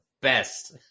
best